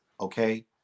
Okay